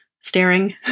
staring